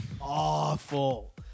awful